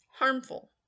harmful